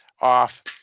off